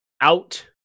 out